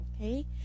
okay